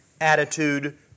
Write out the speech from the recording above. attitude